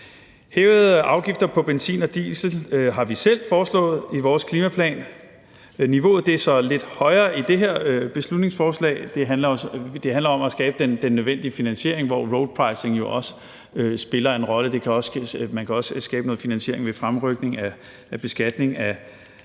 Hævede afgifter på benzin og diesel har vi selv foreslået i vores klimaplan. Niveauet er lidt højere i det her beslutningsforslag. Det handler om at skabe den nødvendige finansiering, hvor road pricing jo også spiller en rolle. Man kan også skabe noget finansiering ved fremrykning af beskatningen af